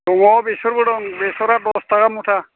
दङ बेसरबो दं बेसर आ दस थाखा मुथा